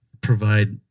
provide